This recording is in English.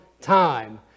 time